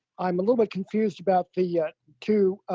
i'm a little bit confused about the two